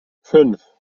fünf